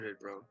bro